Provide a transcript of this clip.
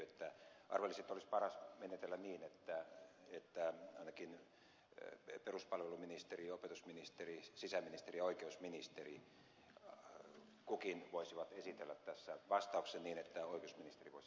arvelisin että olisi paras menetellä niin että ainakin peruspalveluministeri opetusministeri sisäministeri ja oikeusministeri kukin voisivat esitellä tässä vastauksen niin että oikeusministeri voisi aloittaa